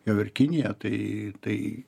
jau ir kiniją tai tai